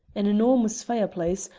an enormous fireplace,